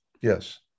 Yes